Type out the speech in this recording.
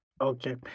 Okay